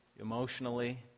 emotionally